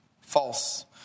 false